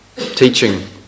Teaching